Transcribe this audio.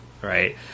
right